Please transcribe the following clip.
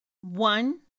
one